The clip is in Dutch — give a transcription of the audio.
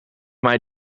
mij